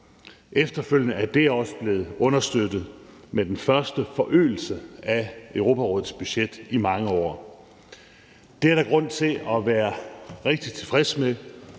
Efterfølgende er det også blevet understøttet med den første forøgelse af Europarådets budget i mange år. Det er der grund til at være rigtig tilfreds med,